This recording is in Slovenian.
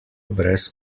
brez